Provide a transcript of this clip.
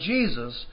Jesus